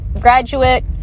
graduate